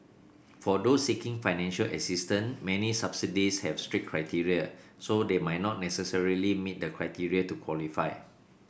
for those seeking financial assistance many subsidies have strict criteria so they might not necessarily meet the criteria to qualify